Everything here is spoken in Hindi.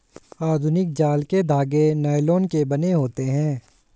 आधुनिक जाल के धागे नायलोन के बने होते हैं